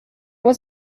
was